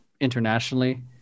internationally